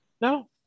No